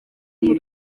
muri